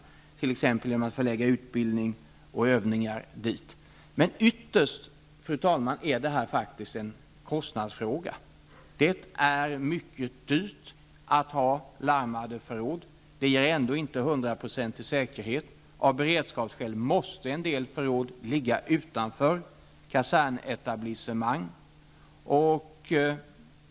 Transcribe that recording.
Det kan t.ex. ske genom att man förlägger utbildning och övningar dit. Ytterst, fru talman, är det här dock en kostnadsfråga. Det är mycket dyrt att ha larmade förråd. Det ger ändå inte 100-procentig säkerhet. Av beredskapsskäl måste en del förråd ligga utanför kasernetablissemang.